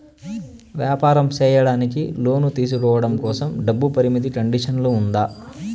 వ్యాపారం సేయడానికి లోను తీసుకోవడం కోసం, డబ్బు పరిమితి కండిషన్లు ఉందా?